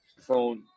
phone